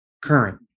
current